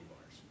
bars